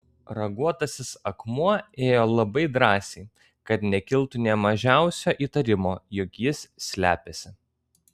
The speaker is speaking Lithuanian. raguotasis akmuo ėjo labai drąsiai kad nekiltų nė mažiausio įtarimo jog jis slepiasi